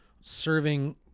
serving